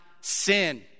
sin